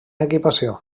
equipació